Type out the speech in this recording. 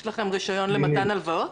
יש לכם רישיון למתן הלוואות?